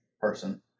person